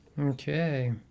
okay